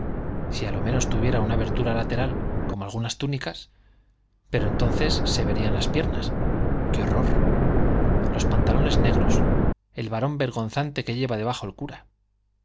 si a lo menos tuviera una abertura lateral como algunas túnicas pero entonces se verían las piernas qué horror los pantalones negros el varón vergonzante que lleva debajo el cura